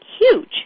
huge